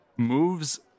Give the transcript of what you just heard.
Moves